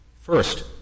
First